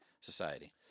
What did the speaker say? society